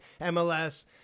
MLS